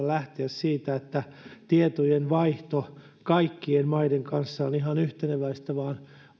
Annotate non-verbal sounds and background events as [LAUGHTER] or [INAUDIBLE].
[UNINTELLIGIBLE] lähteä siitä että tietojenvaihto kaikkien maiden kanssa on ihan yhteneväistä vaan